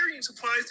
supplies